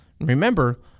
Remember